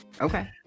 okay